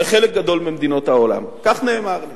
לחלק גדול ממדינות העולם, כך נאמר לי.